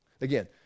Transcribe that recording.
Again